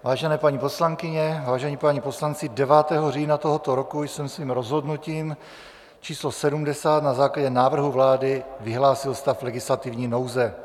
Vážené paní poslankyně, vážení páni poslanci, 9. října tohoto roku jsem svým rozhodnutím číslo 70 na základě návrhu vlády vyhlásil stav legislativní nouze.